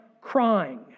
crying